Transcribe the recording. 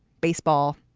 baseball,